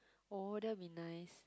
oh that will be nice